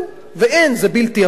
ואין, זה בלתי הפיך.